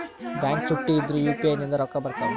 Bank ಚುಟ್ಟಿ ಇದ್ರೂ UPI ನಿಂದ ರೊಕ್ಕ ಬರ್ತಾವಾ?